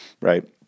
right